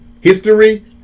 History